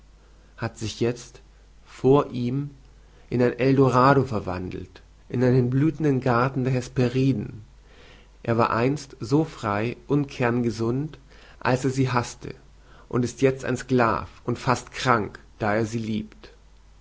hat sich jezt vor ihm in ein eldorado verwandelt in einen blühenden garten der hesperiden er war einst so frei und kerngesund als er sie haßte und ist jetzt ein sklav und fast krank da er sie liebt